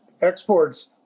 Exports